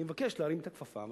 אני מבקש להרים את הכפפה,